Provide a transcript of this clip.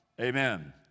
Amen